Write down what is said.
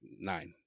nine